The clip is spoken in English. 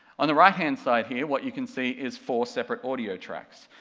on the right-hand side here, what you can see is four separate audio tracks.